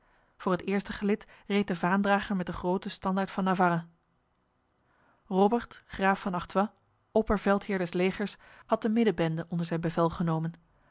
voor het eerste gelid reed de vaandrager met de grote standaard van navarra robert graaf van artois opperveldheer des legers had de middenbende onder zijn bevel genomen